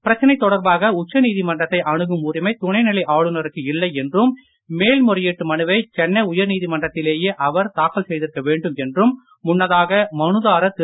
பிரச்சனை தொடர்பாக உச்ச நீதிமன்றத்தை அணுகும் உரிமை துணை நிலை ஆளுநருக்கு இல்லை என்றும் மேல்முறையீட்டு மனுவை சென்னை உயர் நீதிமன்றத்திலேயே அவர் தாக்கல் செய்திருக்க வேண்டும் என்றும் முன்னதாக மனுதாரர் திரு